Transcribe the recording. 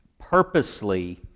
purposely